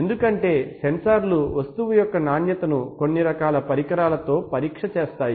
ఎందుకంటే సెన్సార్లు వస్తువు యొక్క నాణ్యతను కొన్ని రకాల పరికరాలతో పరీక్ష చేస్తాయి